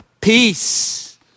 peace